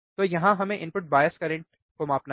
तो यहां हमें इनपुट बायस करंट राइट को मापना है